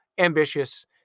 ambitious